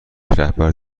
رهبر